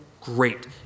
great